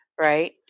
right